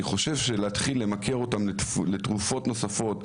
להתחיל למכר אותם לתרופות נוספות,